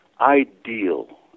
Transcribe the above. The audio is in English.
Ideal